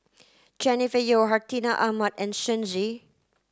Jennifer Yeo Hartinah Ahmad and Shen Xi